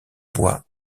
bois